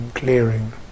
clearing